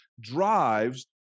drives